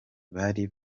bari